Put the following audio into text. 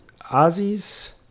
Ozzy's